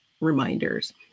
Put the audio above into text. reminders